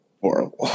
horrible